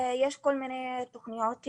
יש כל מיני תוכניות,